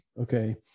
Okay